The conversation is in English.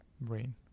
brain